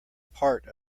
part